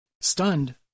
Stunned